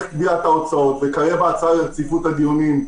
פגיעה בהוצאות וכלה בהצעה לרציפות הדיונים.